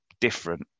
different